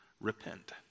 repent